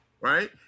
right